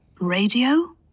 Radio